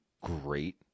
great